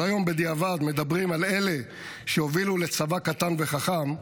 אז היום בדיעבד מדברים על אלה שהובילו לצבא קטן וחכם,